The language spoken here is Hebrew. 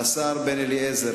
והשר בן-אליעזר,